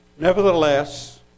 Nevertheless